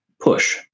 push